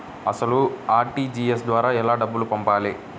అసలు అర్.టీ.జీ.ఎస్ ద్వారా ఎలా డబ్బులు పంపాలి?